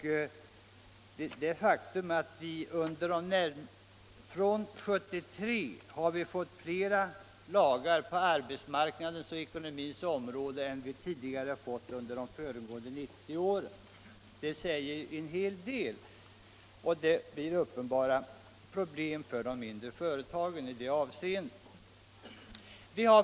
Från 1973 till nu har det kommit fler lagar på arbetsmarknadens och ekonomins område än under de närmast föregående 90 åren. Det säger en hel del, och det skapar uppenbart problem för de mindre företagarna.